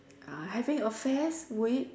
uh having affairs with